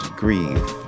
grieve